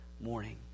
morning